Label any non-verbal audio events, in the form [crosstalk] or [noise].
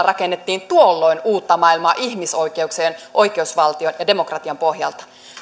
[unintelligible] rakennettiin tuolloin uutta maailmaa ihmisoikeuksien oikeusvaltion ja demokratian pohjalta